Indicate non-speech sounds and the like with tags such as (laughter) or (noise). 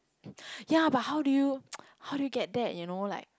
(breath) ya but how do you (noise) how do you get that you know like